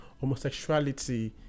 homosexuality